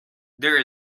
there